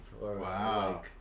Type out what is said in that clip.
Wow